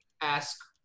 ask